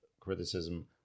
criticism